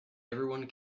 everyone